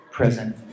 present